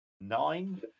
Nine